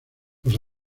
los